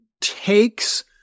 takes